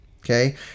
Okay